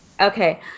Okay